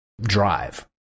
drive